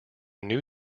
new